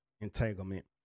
entanglement